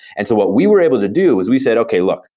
and so what we were able to do is we said, okay, look.